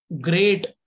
great